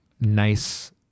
nice